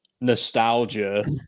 nostalgia